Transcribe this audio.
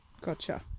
Gotcha